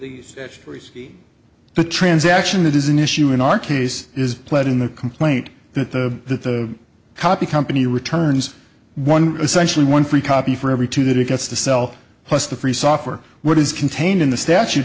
of the transaction that is an issue in our case is pled in the complaint that the copy company returns one essentially one free copy for every two that it gets to sell plus the free software what is contained in the statute